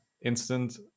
instant